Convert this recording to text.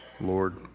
Lord